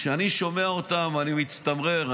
כשאני שומע אותם, אני מצטמרר.